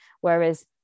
Whereas